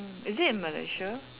mm is it in Malaysia